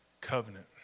covenant